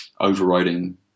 overriding